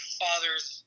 father's